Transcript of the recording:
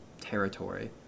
territory